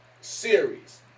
series